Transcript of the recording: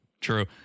True